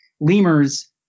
lemurs